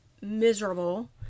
miserable